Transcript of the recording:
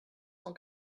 cent